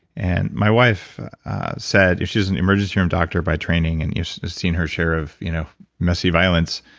and my wife said. she's an emergency room doctor by training, and seen her share of you know messy violence,